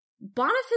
Boniface